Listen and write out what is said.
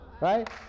right